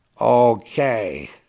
okay